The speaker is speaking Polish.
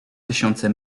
tysiące